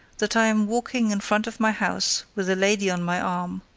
that i am walking in front of my house with a lady on my arm.